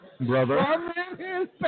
brother